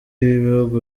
y’ibihugu